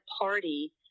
party